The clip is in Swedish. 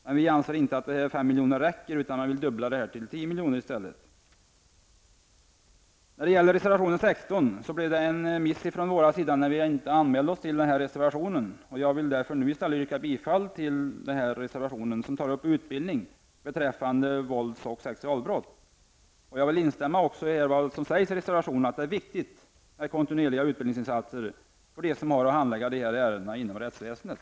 Men vi anser att 5 milj.kr. inte räcker utan vi vill dubbla detta till 10 milj.kr. När det gäller reservation 16 har det skett ett misstag från centerns sida. Enligt betänkandet står vi inte bakom den. Jag vill därför nu i stället yrka bifall till denna reservation i vilken utbildning beträffande vålds och sexualbrott tas upp. Jag vill instämma i vad som sägs i reservationen om att det är viktigt med kontinuerliga utbildningsinsatser för dem som har att handlägga dessa ärenden inom rättsväsendet.